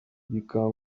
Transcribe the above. yikanga